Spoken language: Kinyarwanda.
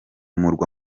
murwa